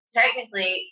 technically